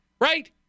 right